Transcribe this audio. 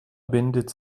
bindet